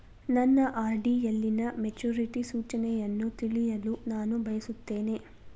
ನನ್ನ ಆರ್.ಡಿ ಯಲ್ಲಿನ ಮೆಚುರಿಟಿ ಸೂಚನೆಯನ್ನು ತಿಳಿಯಲು ನಾನು ಬಯಸುತ್ತೇನೆ